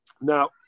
Now